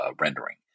rendering